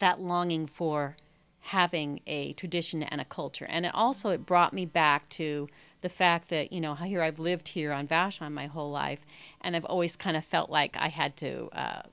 that longing for having a tradition and a culture and also it brought me back to the fact that you know here i've lived here on fashion my whole life and i've always kind of felt like i had to